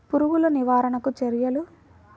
పురుగులు నివారణకు చర్యలు?